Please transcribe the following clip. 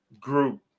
group